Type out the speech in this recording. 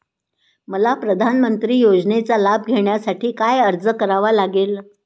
मला प्रधानमंत्री योजनेचा लाभ घेण्यासाठी काय अर्ज करावा लागेल?